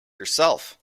yourself